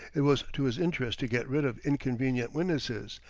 it was to his interest to get rid of inconvenient witnesses,